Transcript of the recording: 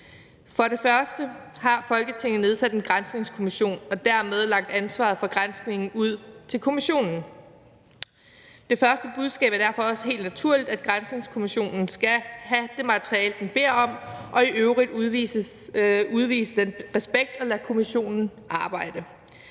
For det første har Folketinget nedsat en granskningskommission og dermed lagt ansvaret for granskningen ud til kommissionen. Det første budskab er derfor også helt naturligt, at granskningskommissionen skal have det materiale, den beder om, og at man i øvrigt skal udvise respekt for den og lade den arbejde.